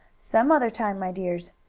some other time, my dears.